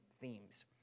themes